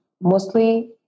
mostly